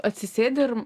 atsisėdi ir